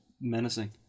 menacing